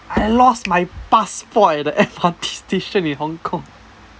I lost my passport at the M_R_T station in Hong-Kong